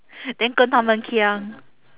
then 跟他们 kiang